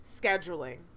scheduling